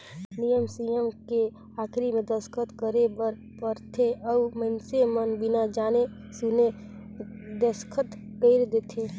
नियम सियम के आखरी मे दस्खत करे बर परथे अउ मइनसे मन बिना जाने सुन देसखत कइर देंथे